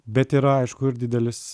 bet yra aišku ir didelis